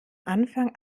anfang